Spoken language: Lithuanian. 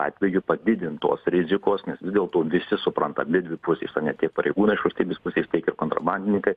atveju padidintos rizikos nes vis dėl to visi supranta abidvi pusės o ne tiek pareigūnai iš valstybės pusės tiek kontrabandininkai